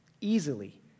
easily